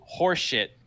horseshit